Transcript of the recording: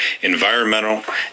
environmental